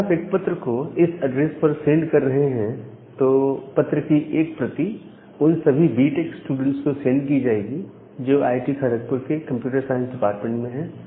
अगर आप एक पत्र को इस एड्रेस पर सेंड कर रहे हैं तो पत्र की एक प्रति उन सभी बी टेक स्टूडेंट्स को सेंड की जाएगी जो आईआईटी खड़कपुर के कंप्यूटर साइंस डिपार्टमेंट में है